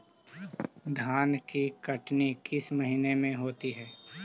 धान की कटनी किस महीने में होती है?